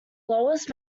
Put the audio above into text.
lowest